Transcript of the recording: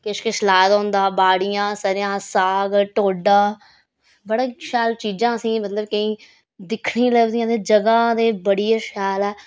किश किश लाए दा होंदा बाड़िया सरेआं दा साग टोडा बड़ा शैल चीज़ां असेंगी मतलब केईं दिक्खने गी लभदियां ते जगह ते बड़ी गै शैल ऐ